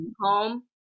home